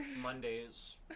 Mondays